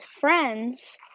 friends